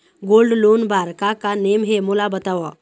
Gold loan बार का का नेम हे, मोला बताव?